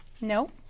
No